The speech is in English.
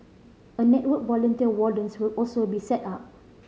a network volunteer wardens will also be set up